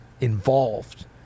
involved